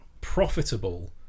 profitable